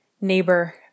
neighbor